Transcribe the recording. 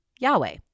Yahweh